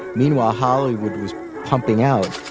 meanwhile, hollywood was pumping out.